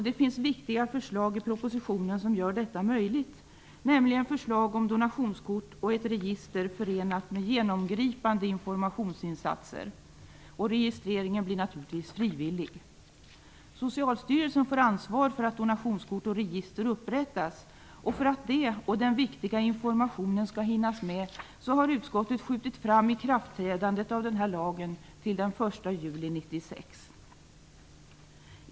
Det finns viktiga förslag i propositionen som gör detta möjligt, nämligen förslag om donationskort och ett register förenat med genomgripande informationsinsatser. Registreringen blir naturligtvis frivillig. Socialstyrelsen får ansvaret för att donationskort och register upprättas, och för att det och den viktiga informationen skall hinnas med har utskottet skjutit fram ikraftträdandet av denna lag till den 1 juli 1996.